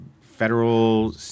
federal